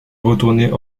retourner